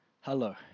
hello